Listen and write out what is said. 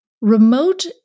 Remote